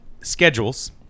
schedules